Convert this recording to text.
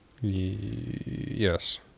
Yes